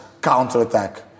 counterattack